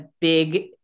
big